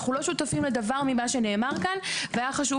אנחנו לא שותפים לדבר ממה שנאמר כאן והיא חשוב